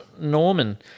Norman